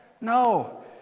No